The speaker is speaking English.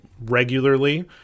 regularly